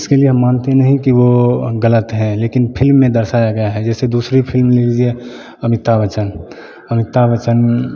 इसके लिए हम मानते नहीं कि वो गलत हैं लेकिन फिल्म में दर्शाया गया है जैसे दूसरी फिल्म ले लीजिए अमिताभ बच्चन अमिताभ बच्चन